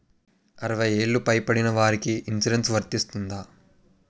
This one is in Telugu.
అరవై ఏళ్లు పై పడిన వారికి ఇన్సురెన్స్ వర్తిస్తుందా?